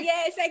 Yes